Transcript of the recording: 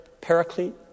paraclete